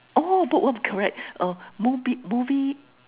oh book what correct uh movie movie